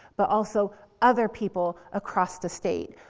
but also other people across the state.